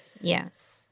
Yes